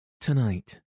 Tonight